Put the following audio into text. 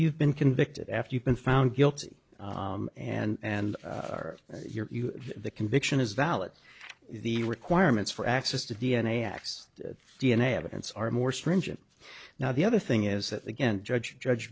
you've been convicted after you've been found guilty and you're the conviction is valid the requirements for access to d n a x d n a evidence are more stringent now the other thing is that again judge judge